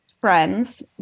friends